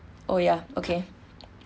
oh ya okay